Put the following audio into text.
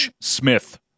smith